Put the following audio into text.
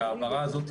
וההעברה הזו,